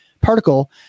particle